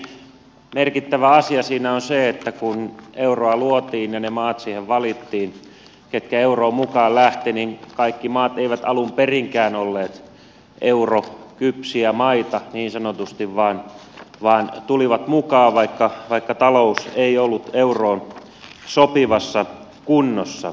yksi merkittävä asia siinä on tietenkin se että kun euroa luotiin ja ne maat siihen valittiin mitkä euroon mukaan lähtivät niin kaikki maat eivät alun perinkään olleet eurokypsiä maita niin sanotusti vaan tulivat mukaan vaikka talous ei ollut euroon sopivassa kunnossa